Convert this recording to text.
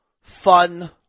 fun